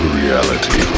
reality